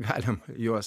galim juos